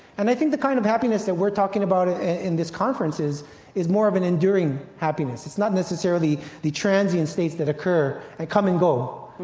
and i think the kind of happiness that we're talking about ah in this conference is is more of an enduring happiness. it's not necessarily the transient states that occur, they come and go.